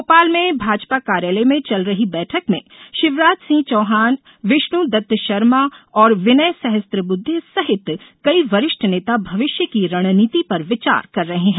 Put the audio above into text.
भोपाल में भाजपा कार्यालय में चल रही बैठक में शिवराज सिंह चौहान विष्णुदत्त शर्मा और विनय सहस्त्रबद्धे सहित कई वरिष्ठ नेता भविष्य की रणनीति पर विचार कर रहे है